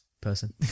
person